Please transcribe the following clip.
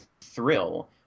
thrill